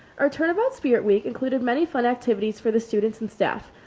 our tournament spirit week included many fun activities for the students and staff.